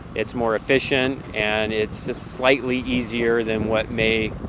it's more efficient, and it's just slightly easier than what may